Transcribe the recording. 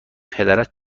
پدرت